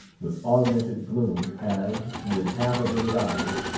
with augmented gloom, as, with half-averted eyes,